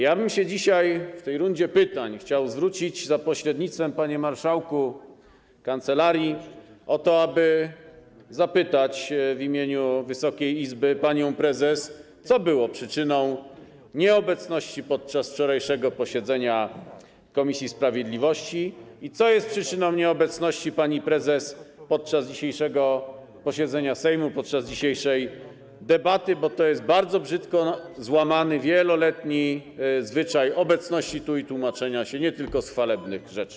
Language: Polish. Ja bym dzisiaj w tej rundzie pytań chciał się zwrócić, panie marszałku, za pośrednictwem kancelarii o to, aby zapytać w imieniu Wysokiej Izby panią prezes, co było przyczyną nieobecności podczas wczorajszego posiedzenia komisji sprawiedliwości i co jest przyczyną nieobecności pani prezes podczas dzisiejszego posiedzenia Sejmu, podczas dzisiejszej debaty, bo to jest bardzo brzydko złamany wieloletni zwyczaj obecności tu i tłumaczenia się nie tylko z chwalebnych rzeczy.